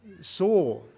saw